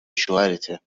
شوهرته